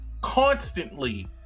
constantly